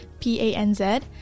PANZ